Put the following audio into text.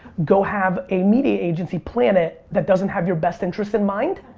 go have a media agency plan it that doesn't have your best interest in mind.